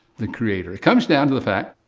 the creator. it comes down to the fact,